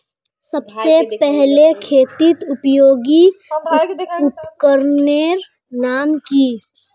सबसे पहले खेतीत उपयोगी उपकरनेर नाम की?